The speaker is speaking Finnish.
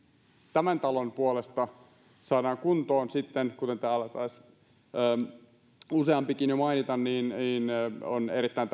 tämän talon puolesta saadaan kuntoon ja kuten täällä taisi useampikin jo mainita on erittäin